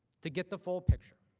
to get the full picture.